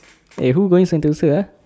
eh who going sentosa ah